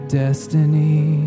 destiny